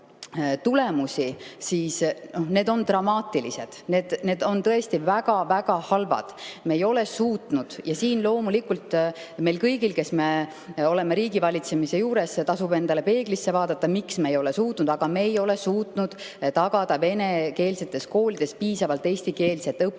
need on dramaatilised. Need on tõesti väga-väga halvad. Me ei ole suutnud – ja siin tasub loomulikult meil kõigil, kes me oleme riigivalitsemise juures olnud, peeglisse vaadata, miks me ei ole suutnud – tagada venekeelsetes koolides piisavalt eestikeelset õpet.